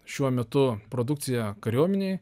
šiuo metu produkciją kariuomenei